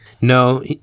no